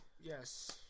Yes